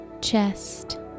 chest